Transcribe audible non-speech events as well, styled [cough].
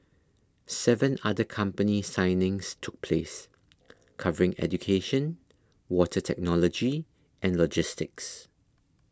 seven other company signings took place [noise] covering education water technology and logistics